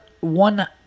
One